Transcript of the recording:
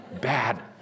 Bad